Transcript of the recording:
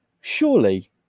Surely